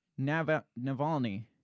Navalny